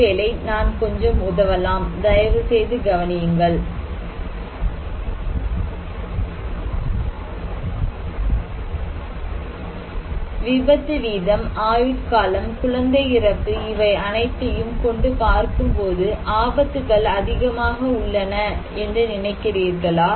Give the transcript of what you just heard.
ஒருவேளை நான் கொஞ்சம் உதவலாம் தயவுசெய்து கவனியுங்கள் விபத்து வீதம் ஆயுட்காலம் குழந்தை இறப்பு இவை அனைத்தையும் கொண்டு பார்க்கும்போது ஆபத்துகள் அதிகமாக உள்ளன என்று நினைக்கிறீர்களா